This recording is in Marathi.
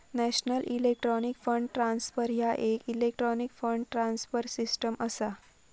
नॅशनल इलेक्ट्रॉनिक फंड ट्रान्सफर ह्या येक इलेक्ट्रॉनिक फंड ट्रान्सफर सिस्टम असा